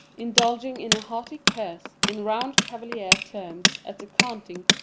indulging in a hearty curse in round cavalier terms at the canting,